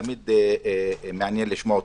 תמיד מעניין לשמוע אותך.